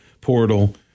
portal